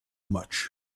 much